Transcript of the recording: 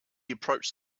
approached